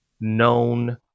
known